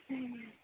हूँ